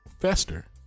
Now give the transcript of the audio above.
fester